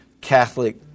Catholic